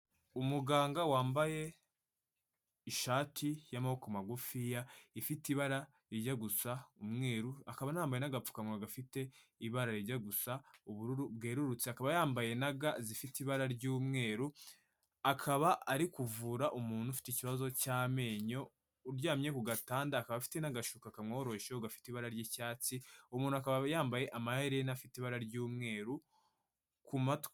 Umuganga wambaye ishati y'amaboko magufiya, ifite ibara rijya gusa umweru akaba yambaye n'agapfukamunwa gafite ibara rijya gusa ubururu bwerurutse, akaba yambaye na ga zifite ibara ry'umweru, akaba ari kuvura umuntu ufite ikibazo cy'amenyo uryamye ku gatanda, akaba afite n'agashuka kamworoshe gafite ibara ry'icyatsi, umuntu akaba aba yambaye amaherena afite ibara ry'umweru ku matwi.